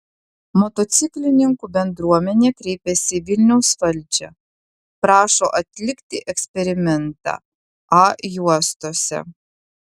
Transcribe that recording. motociklininkų bendruomenė kreipėsi į vilniaus valdžią prašo atlikti eksperimentą a juostose